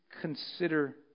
consider